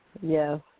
yes